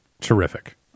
Terrific